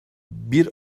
bir